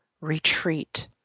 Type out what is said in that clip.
retreat